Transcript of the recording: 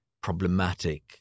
problematic